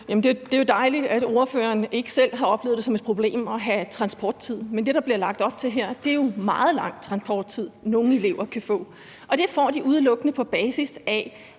Det er jo dejligt, at ordføreren ikke selv har oplevet det som et problem at have transporttid, men det, der bliver lagt op til her, er jo meget lang transporttid, som nogle elever kan få. Det får de udelukkende, på grund af